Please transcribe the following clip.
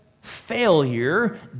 failure